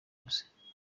bwose